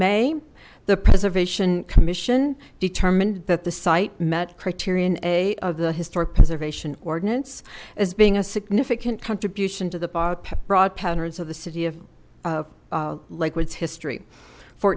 may the preservation commission determined that the site met criterion a of the historic preservation ordinance as being a significant contribution to the broad patterns of the city of liquids history for